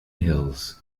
hills